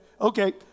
Okay